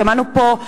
שמענו פה,